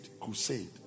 crusade